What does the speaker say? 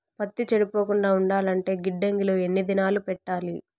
పత్తి చెడిపోకుండా ఉండాలంటే గిడ్డంగి లో ఎన్ని దినాలు పెట్టాలి?